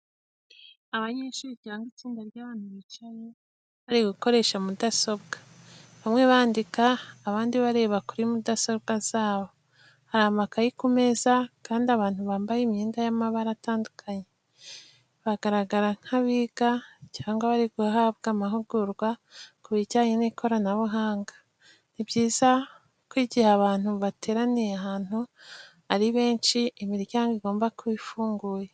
Abanyeshuri cyangwa itsinda ry'abantu bicaye bari gukoresha mudasobwa. Bamwe bandika, abandi bareba kuri mudasobwa zabo. Hari amakayi ku meza, kandi abantu bambaye imyenda y'amabara atandukanye. Bagaragara nk'abiga cyangwa bari guhabwa amahugurwa kubijyanye n'ikoranabuhanga. Ni byiza ko igihe abantu bateraniye ahantu ari benshi, imiryango igomba kuba ifunguye.